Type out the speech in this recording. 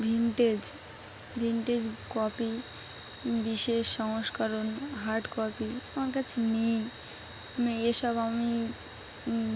vintage vintage copy বিশেষ সংস্করণ hard copy আমার কাছে নেই এসব আমি